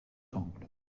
angle